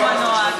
העברתי בזמנה,